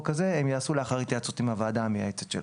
הזה הם יעשו לאחר התייעצות עם הוועדה המייעצת שלו.